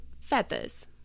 feathers